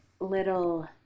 little